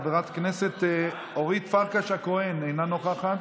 חברת הכנסת אורית פרקש הכהן אינה נוכחת,